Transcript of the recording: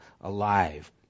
alive